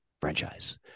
franchise